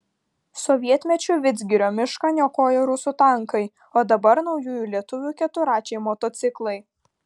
sovietmečiu vidzgirio mišką niokojo rusų tankai o dabar naujųjų lietuvių keturračiai motociklai